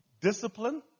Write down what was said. discipline